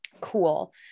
cool